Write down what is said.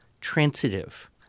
transitive